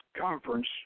conference